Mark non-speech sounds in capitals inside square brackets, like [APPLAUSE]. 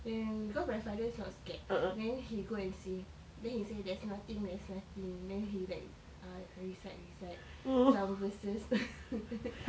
then because my father is not scared then he go and see then he say there's nothing there's nothing then he like ah recite recite some verses [LAUGHS] [BREATH]